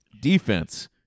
Defense